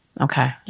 Okay